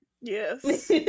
Yes